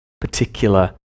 particular